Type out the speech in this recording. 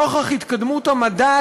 נוכח התקדמות המדע,